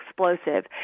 explosive